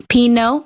Pino